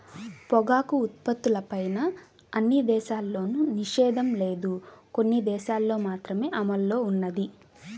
పొగాకు ఉత్పత్తులపైన అన్ని దేశాల్లోనూ నిషేధం లేదు, కొన్ని దేశాలల్లో మాత్రమే అమల్లో ఉన్నది